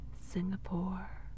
Singapore